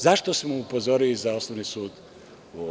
Zašto smo upozorili za osnovni sud?